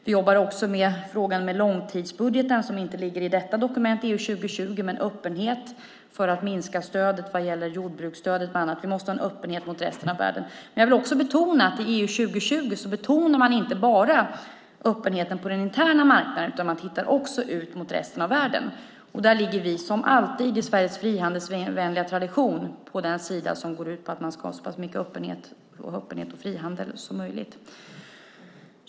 Vi jobbar också med frågan i långtidsbudgeten, som inte ligger i detta dokument EU 2020, med en öppenhet för att minska jordbruksstödet. Vi måste ha en öppenhet mot resten av världen. I EU 2020 betonar man inte bara öppenhet på den interna marknaden. Man tittar också ut mot resten av världen. Vi har en frihandelsvänlig tradition och är som alltid på den sida som går ut på att man ska ha så pass mycket öppenhet och frihandel som möjligt.